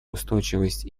устойчивость